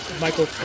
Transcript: Michael